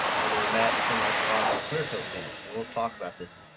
their matte and semi-gloss clearcoat finish. and we'll talk about this.